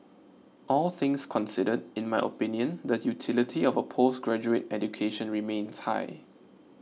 all things considered in my opinion the utility of a postgraduate education remains high